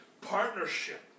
partnership